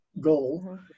goal